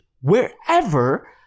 wherever